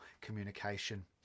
communication